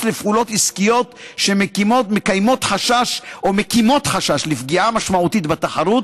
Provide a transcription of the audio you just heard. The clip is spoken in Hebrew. לפעולות עסקיות שמקימות חשש לפגיעה משמעותית בתחרות,